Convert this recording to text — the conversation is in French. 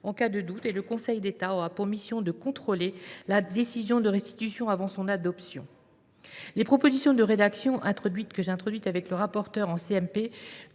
cas de doute et le Conseil d’État aura pour mission de contrôler la décision de restitution avant son adoption. Les propositions de rédaction que j’ai introduites en commission